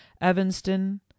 Evanston